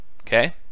Okay